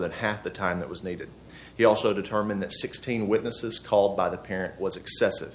that half the time that was needed he also determined that sixteen witnesses called by the parent was ex